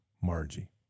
Margie